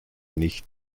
nicht